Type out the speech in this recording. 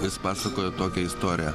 jis pasakojo tokią istoriją